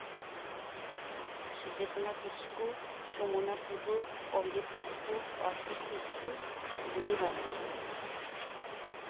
ᱥᱩᱫᱮᱥᱱᱟ ᱠᱤᱥᱠᱩ ᱥᱩᱢᱚᱱᱟ ᱴᱩᱰᱩ ᱟᱢᱨᱤᱛ ᱠᱤᱥᱠᱩ ᱚᱨᱯᱤᱛ ᱠᱤᱥᱠᱩ ᱵᱩᱫᱤ ᱢᱟᱨᱰᱤ